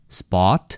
spot